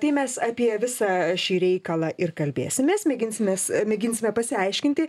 tai mes apie visą šį reikalą ir kalbėsimės mėginsimės mėginsime pasiaiškinti